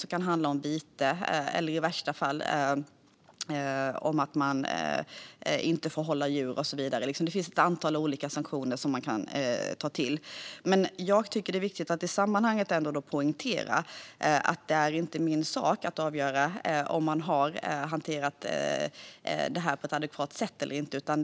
Det kan handla om vite eller, i värsta fall, om att man inte får hålla djur. Det finns ett antal olika sanktioner som kan tas till. Jag tycker dock att det i sammanhanget är viktigt att poängtera att det inte är min sak att avgöra om detta har hanterats på ett adekvat sätt eller inte.